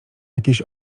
jakiejś